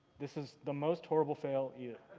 this is the most horrible fail yet.